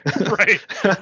Right